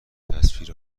تصویر